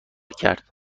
کرد